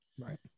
right